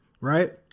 right